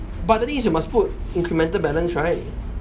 but the thing is you must put incremental balance right